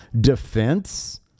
defense